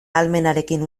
ahalmenarekin